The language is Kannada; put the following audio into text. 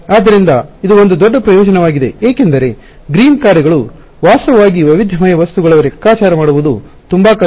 ಆದ್ದರಿಂದ ಇದು ಒಂದು ದೊಡ್ಡ ಪ್ರಯೋಜನವಾಗಿದೆ ಏಕೆಂದರೆ ಗ್ರೀನ್ ಕಾರ್ಯಗಳು ವಾಸ್ತವವಾಗಿ ವೈವಿಧ್ಯಮಯ ವಸ್ತುಗಳ ಲೆಕ್ಕಾಚಾರ ಮಾಡುವುದು ತುಂಬಾ ಕಷ್ಟ